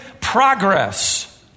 progress